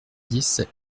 dix